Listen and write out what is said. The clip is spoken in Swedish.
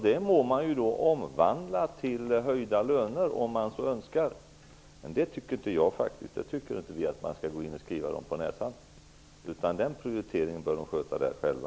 Detta må deras styrande omvandla till höjda löner, om de så önskar, men vi tycker faktiskt inte att vi skall skriva detta på näsan på dem. Jag tycker att de bör sköta den prioriteringen själva.